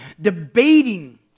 Debating